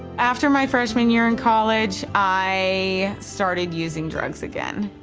after my freshman year in college, i started using drugs again.